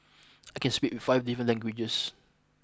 I can speak five different languages